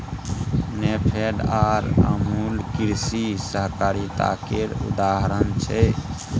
नेफेड आर अमुल कृषि सहकारिता केर उदाहरण छै